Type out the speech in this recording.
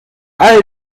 all